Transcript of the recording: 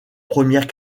première